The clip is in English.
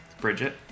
Bridget